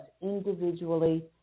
individually